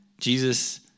Jesus